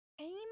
Aim